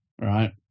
right